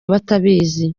batabizi